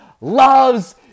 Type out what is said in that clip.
loves